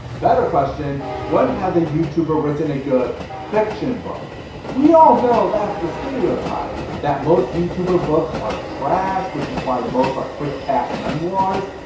better question when has a youtube written a good fiction book? we all know that's the stereotype, that most youtuber books are trash which is why most are quick cash memoirs.